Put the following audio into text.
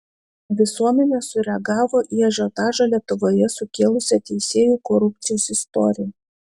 visuomenė sureagavo į ažiotažą lietuvoje sukėlusią teisėjų korupcijos istoriją